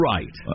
Right